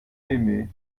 aimé